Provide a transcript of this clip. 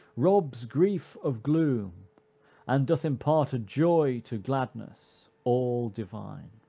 robs grief of gloom and doth impart a joy to gladness all divine.